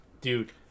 dude